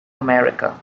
america